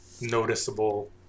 noticeable